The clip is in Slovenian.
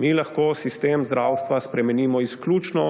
Mi lahko sistem zdravstva spremenimo izključno,